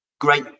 great